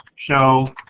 show